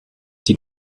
die